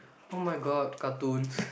oh-my-God cartoons